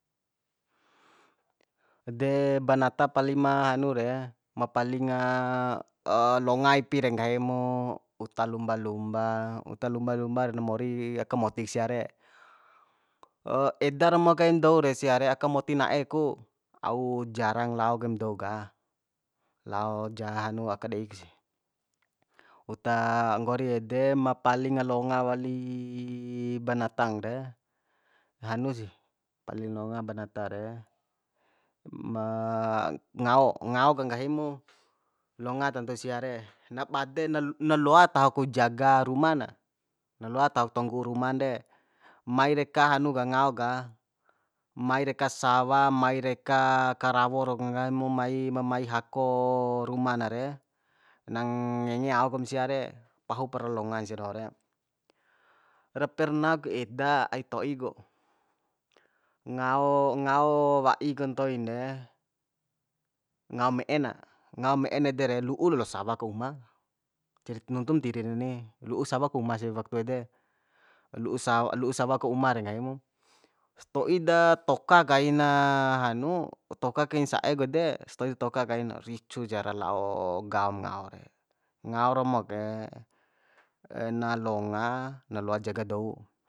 De banata palim ma hanu re ma palinga longa ipi re nggahi mu uta lumba lumba uta lumba lumbar na mori aka moti sia re eda romo kain dou re sia re aka moti na'e ku au jarang lao kaim dou ka lao ja hanu aka deik sih uta nggori ede ma palinga longa wali banatang re hanu sih palig longa banata re ma ngao ngao ka nggahimu longa tantu sia re na bade na naloa taho ku jaga ruma na na loa tahok tonggu ruman de mai deka hanu ka ngao ka mai reka sawa mai reka karawo ra ma mai hako rumana re na ngenge ao kum sia re pahupra longan sia doho re ra perna ku eda ai to'i ku ngao ngao wa'ik ntoin de ngao me'e na ngao me'e ede re lu'u lo sawa aka uma nuntum ntiri reni lu'u sawa ka uma sih waktu ede lu'u sa lu'u sawa ka uma de nggahi mu sto'i da toka kai na hanutoka kain sa'ek ede stoi datoka kai na ricu jar lao gaom ngao re ngao romo ke na longa na loa jaga dou